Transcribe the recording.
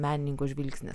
menininko žvilgsnis